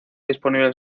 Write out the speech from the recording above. disponible